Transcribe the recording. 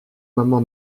maman